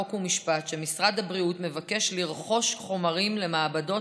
חוק ומשפט שמשרד הבריאות מבקש לרכוש חומרים למעבדות